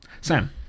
sam